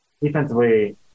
Defensively